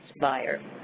buyer